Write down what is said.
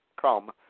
come